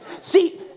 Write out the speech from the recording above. See